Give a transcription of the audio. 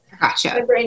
gotcha